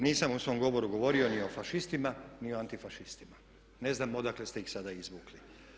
Nisam u svom govoru govorio ni o fašistima ni o antifašistima, ne znam odakle ste ih sada izvukli.